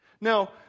Now